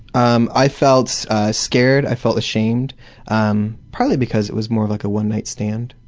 um i felt scared, i felt ashamed um probably because it was more like a one-night-stand,